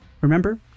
remember